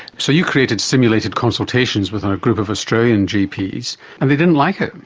so you created simulated consultations with um a group of australian gps and they didn't like it.